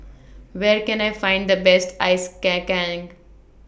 Where Can I Find The Best Ice Kacang